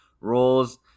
roles